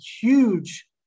huge